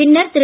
பின்னர் திரு